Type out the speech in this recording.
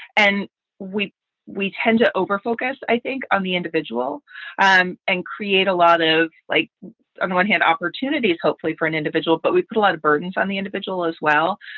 and we we tend to over focus, i think, on the individual and and create a lot of like on the one hand, opportunities hopefully for an individual. but we put a lot of burdens on the individual as well.